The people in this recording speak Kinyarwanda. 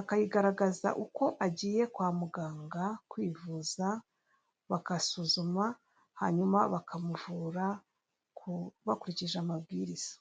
akayigaragaza uko agiye kwa muganga kwivuza, bagasuzuma hanyuma bakamuvura bakurikije amabwiriza.